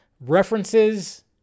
references